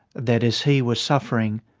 that as he was suffering,